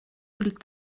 liegt